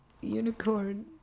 unicorn